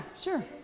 sure